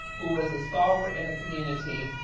who was a stalwart in the community,